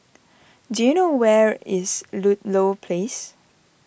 do you know where is Ludlow Place